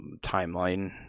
timeline